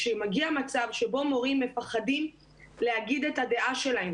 כשמגיע מצב שבו מורים מפחדים להגיד את הדעה שלהם